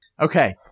Okay